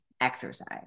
exercise